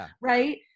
right